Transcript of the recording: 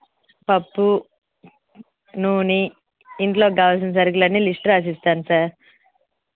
పప్పు నూనె ఇంట్లోకి కావలసిన సరుకులు అన్నీ లిస్ట్ రాసిస్తాను సార్